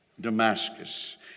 Damascus